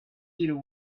till